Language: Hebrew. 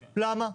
למה?